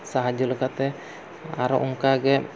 ᱥᱟᱦᱟᱡᱽᱡᱚ ᱞᱮᱠᱟᱛᱮ ᱟᱨᱦᱚᱸ ᱚᱱᱠᱟᱜᱮ